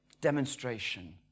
demonstration